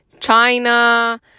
China